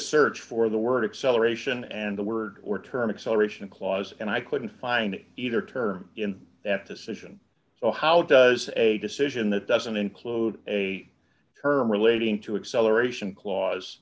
search for the word acceleration and the word or term acceleration clause and i couldn't find it either terror in that decision so how does a decision that doesn't include a term relating to excel or a sion cla